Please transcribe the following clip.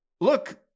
look